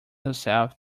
herself